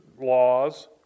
laws